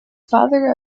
father